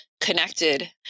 connected